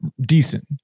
decent